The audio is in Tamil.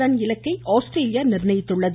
ரன் இலக்கை ஆஸ்திரேலியா நிர்ணயித்துள்ளது